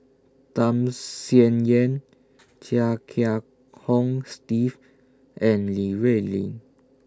Tham Sien Yen Chia Kiah Hong Steve and Li Rulin